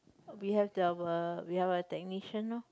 we have the our we have our technician lor